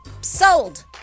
sold